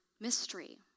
mystery